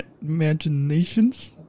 imaginations